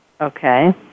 Okay